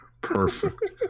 Perfect